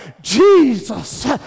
Jesus